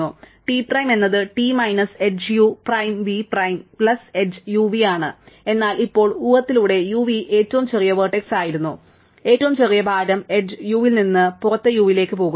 അതിനാൽ T prime എന്നത് T minus edge u prime v prime plus edge u v ആണ് എന്നാൽ ഇപ്പോൾ ഉഹത്തിലൂടെ u v ഏറ്റവും ചെറിയ വെർട്ടെക്സ് ആയിരുന്നു ഏറ്റവും ചെറിയ ഭാരം എഡ്ജ് u യിൽ നിന്ന് പുറത്ത് u ലേക്ക് പോകുന്നു